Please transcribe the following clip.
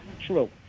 true